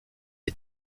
est